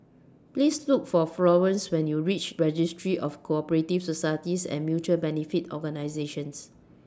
Please Look For Florance when YOU REACH Registry of Co Operative Societies and Mutual Benefit Organisations